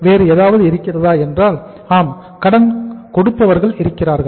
வேறு ஏதாவது இருக்கிறதா என்றால் ஆம் கடன் கொடுப்பவர்கள் இருக்கிறார்கள்